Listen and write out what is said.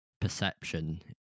perception